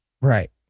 Right